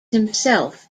himself